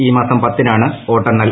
ഈ മാസം പത്തിനാണ് വോട്ടെണ്ണൽ